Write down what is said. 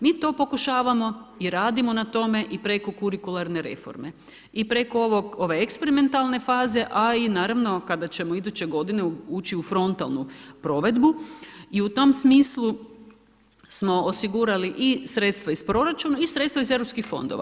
Mi to pokušavamo i radimo na tome i preko kurikularne reforme i preko ovo eksperimentalne faze, a i naravno kada ćemo iduće godine ući u frontalnu provedbu i u tom smislu smo osigurali i sredstva iz proračuna i sredstva iz EU fondova.